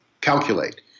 calculate